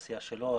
העשייה שלו,